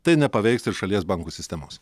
tai nepaveiks ir šalies bankų sistemos